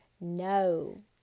No